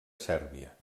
sèrbia